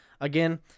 Again